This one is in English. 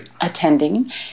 attending